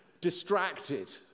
distracted